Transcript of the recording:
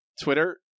Twitter